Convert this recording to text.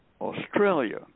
Australia